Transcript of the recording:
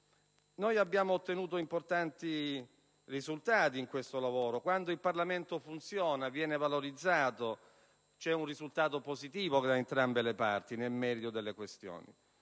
Abbiamo ottenuto importanti risultati in questo lavoro. Quando il Parlamento funziona e viene valorizzato, c'è un risultato positivo da entrambi le parti nel merito delle questioni.